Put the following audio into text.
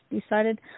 decided